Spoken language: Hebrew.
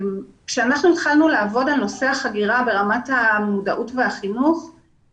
כשהתחלנו לעבוד על נושא החגירה ברמת המודעות והחינוך,